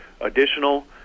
additional